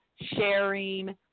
sharing